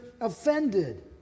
offended